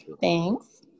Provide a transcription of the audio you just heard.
thanks